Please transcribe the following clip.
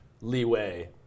leeway